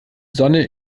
sonne